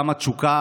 כמה תשוקה,